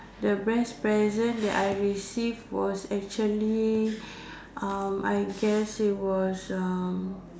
the best present that I received was actually uh I guess it was uh